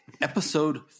Episode